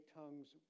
tongues